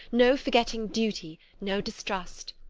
no forgetting duty, no distrust.